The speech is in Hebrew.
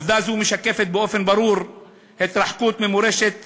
עובדה זו משקפת באופן ברור התרחקות ממורשת